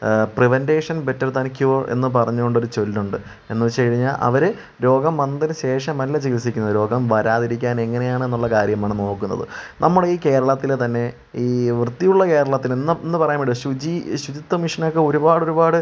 prevention better than cure എന്നു പറഞ്ഞു കൊണ്ടൊരു ചൊല്ലുണ്ട് എന്നു വെച്ചു കഴിഞ്ഞാൽ അവർ രോഗം വന്നതിനു ശേഷം അല്ല ചികിൽസിക്കുന്നത് രോഗം വരാതിരിക്കാൻ എങ്ങനെയാണെന്നുള്ള കാര്യമാണ് നോക്കുന്നത് നമ്മുടെ ഈ കേരളത്തിൽ തന്നെ ഈ വൃത്തിയുള്ള കേരളത്തിൽ ഇന്നെന്നു പറയാൻ പറ്റില്ല ശുചി ശുചിത്വ മിഷനൊക്കെ ഒരുപാട് ഒരുപാട്